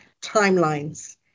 timelines